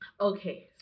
Okay